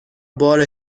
بار